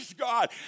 God